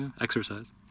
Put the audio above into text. Exercise